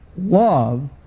Love